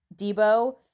Debo